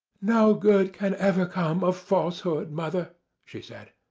no good can ever come of falsehood, mother she said.